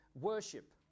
worship